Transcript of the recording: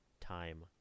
time